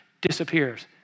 disappears